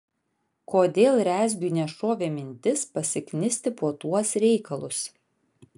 kodėl rezgiui nešovė mintis pasiknisti po tuos reikalus